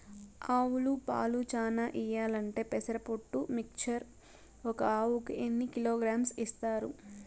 ఆవులు పాలు చానా ఇయ్యాలంటే పెసర పొట్టు మిక్చర్ ఒక ఆవుకు ఎన్ని కిలోగ్రామ్స్ ఇస్తారు?